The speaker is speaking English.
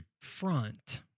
front